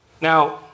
Now